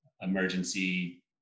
emergency